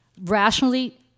Rationally